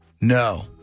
No